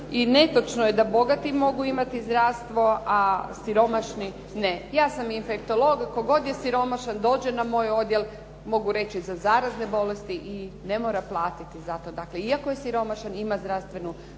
I netočno je da bogati mogu imati zdravstvo a siromašni ne. Ja sam infektolog, tko god je siromašan dođe na moj odjel, mogu reći za zarazne bolesti i ne mora platiti zato dakle, iako je siromašan ima zdravstvenu zaštitu.